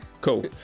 cool